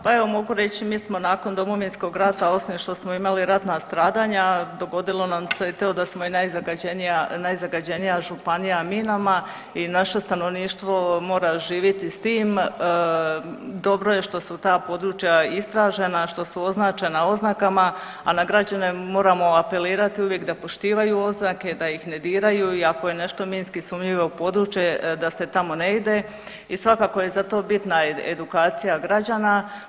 Pa evo mogu reći mi smo nakon Domovinsko rata osim što smo imali ratna stradanja dogodilo nam se i to da smo i najzagađenija županija minama i naše stanovništvo mora živjeti s tim, dobro je što su ta područja istražena, što su označena oznakama, a na građane moramo apelirati uvijek da poštivaju oznake, da ih ne diraju i ako je nešto minski sumnjivo područje, da se tamo ne ide i svakako je za to bitna edukacija građana.